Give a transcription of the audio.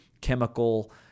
chemical